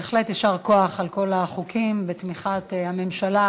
בהחלט יישר כוח על כל החוקים בתמיכת הממשלה,